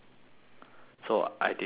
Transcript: so I did not vote for myself